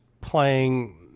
playing